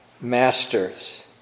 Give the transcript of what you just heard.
masters